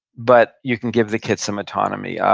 but you can give the kids some autonomy.